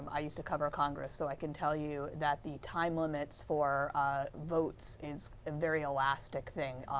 um i used to cover congress, so i can tell you that the time limits for votes is a very elastic thing,